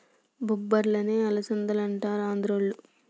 బొబ్బర్లనే అలసందలంటారు ఆంద్రోళ్ళు